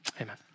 amen